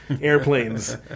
Airplanes